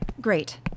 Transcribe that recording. Great